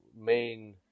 main